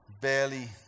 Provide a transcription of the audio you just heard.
barely